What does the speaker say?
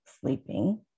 sleeping